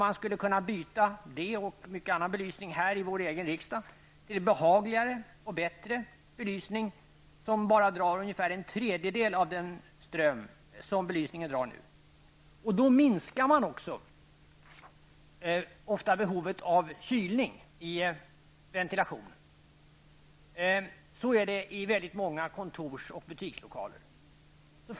Man skulle kunna byta denna belysning och annan belysning i riksdagen till behagligare och bättre belysning som bara drar ungefär en tredjedel av den ström som den nuvarande belysningen drar. Då minskar man ofta även behovet av kylning i ventilationen. Så är det i många kontors och butikslokaler.